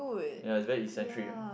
ya it's very eccentric ah